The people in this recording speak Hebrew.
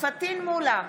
פטין מולא,